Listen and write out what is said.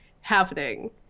happening